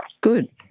Good